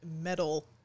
metal